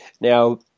Now